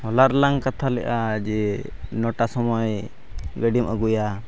ᱦᱚᱞᱟ ᱨᱮᱞᱟᱝ ᱠᱟᱛᱷᱟ ᱞᱮᱫᱟ ᱡᱮ ᱱᱚᱴᱟ ᱥᱚᱢᱚᱭ ᱜᱟᱹᱰᱤᱢ ᱟᱹᱜᱩᱭᱟ